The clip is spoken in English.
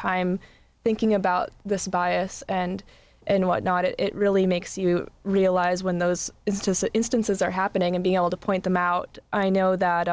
time thinking about this bias and what not it really makes you realize when those instances are happening and be able to point them out i know that